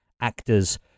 actors